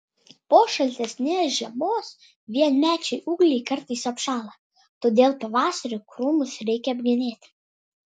po šaltesnės žiemos vienmečiai ūgliai kartais apšąla todėl pavasarį krūmus reikia apgenėti